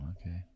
Okay